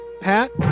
Pat